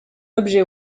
objet